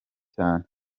cyane